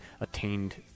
attained